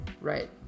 Right